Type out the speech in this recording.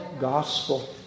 gospel